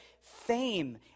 fame